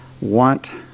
want